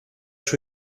σου